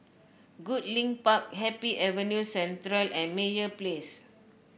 Goodlink Park Happy Avenue Central and Meyer Place